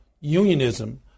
unionism